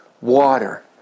water